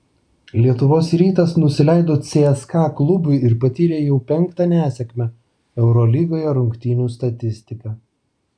lietuvos rytas nusileido cska klubui ir patyrė jau penktą nesėkmę eurolygoje rungtynių statistika